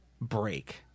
break